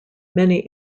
many